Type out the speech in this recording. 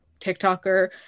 tiktoker